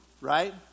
right